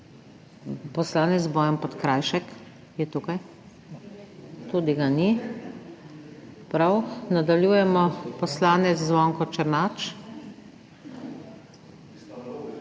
poslanec Bojan Podkrajšek je tukaj, tudi ga ni, prav. Nadaljujemo, poslanec Zvonko Černač.